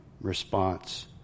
response